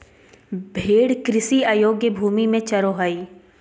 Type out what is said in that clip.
भेड़ कृषि अयोग्य भूमि में चरो हइ